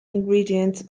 ingredients